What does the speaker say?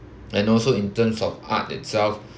and also in terms of art itself